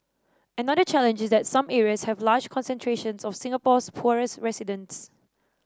another challenge is that some areas have large concentrations of Singapore's poorest residents